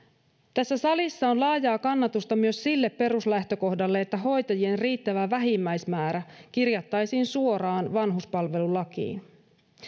tässä salissa on laajaa kannatusta myös sille peruslähtökohdalle että hoitajien riittävä vähimmäismäärä kirjattaisiin suoraan vanhuspalvelulakiin